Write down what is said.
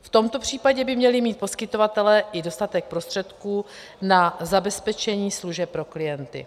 V tomto případě by měli mít poskytovatelé i dostatek prostředků na zabezpečení služeb pro klienty.